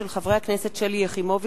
של חברי הכנסת שלי יחימוביץ,